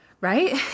right